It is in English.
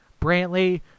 Brantley